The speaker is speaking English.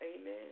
Amen